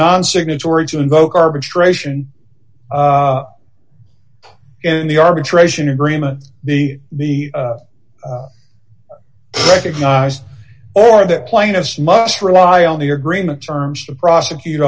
non signatory to invoke arbitration in the arbitration agreement the the recognized or the plaintiffs must rely on the agreement terms to prosecute